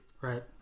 right